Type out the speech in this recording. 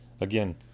again